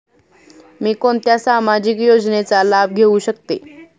मी कोणत्या सामाजिक योजनेचा लाभ घेऊ शकते?